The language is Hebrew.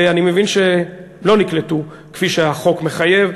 ואני מבין שלא נקלטו כפי שהחוק מחייב.